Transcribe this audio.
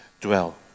dwell